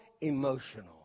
emotional